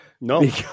No